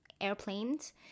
airplanes